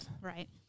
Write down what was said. Right